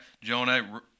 Jonah